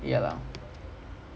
wait they never play meh